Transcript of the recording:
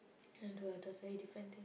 trying to do a totally different thing